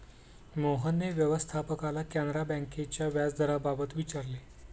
मोहनने व्यवस्थापकाला कॅनरा बँकेच्या व्याजदराबाबत विचारले